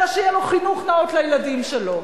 אלא יהיה לו חינוך נאות לילדים שלו,